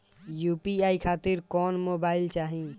UPI खातिर कौन mobile चाहीं?